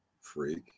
freak